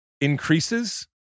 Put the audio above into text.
increases